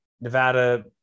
Nevada